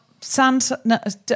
Santa